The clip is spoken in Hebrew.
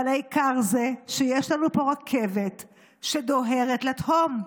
אבל העיקר זה שיש לנו פה רכבת שדוהרת לתהום.